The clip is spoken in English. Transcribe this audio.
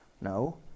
No